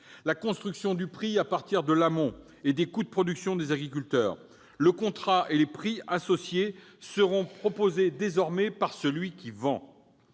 la construction du prix à partir de l'amont et des coûts de production des agriculteurs, puisque le contrat et les prix associés seront désormais proposés par celui qui vend